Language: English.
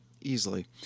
Easily